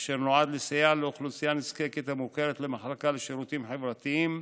אשר נועד לסייע לאוכלוסייה נזקקת המוכרת למחלקה לשירותים חברתיים,